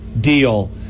deal